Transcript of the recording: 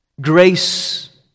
Grace